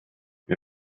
wir